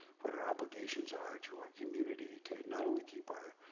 what our obligations are to our community, to not only keep our